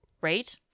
Right